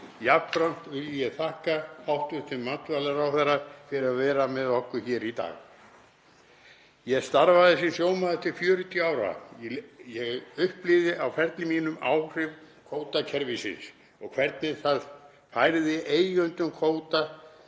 Jafnframt vil ég þakka hæstv. matvælaráðherra fyrir að vera með okkur hér í dag. Ég starfaði sem sjómaður til 40 ára. Ég upplifði á ferli mínum áhrif kvótakerfisins og hvernig það færði eigendum kvótans